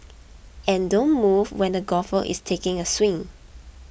and don't move when the golfer is taking a swing